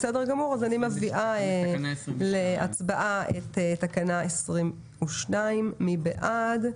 אני מעלה להצבעה את תקנה 22. מי בעד?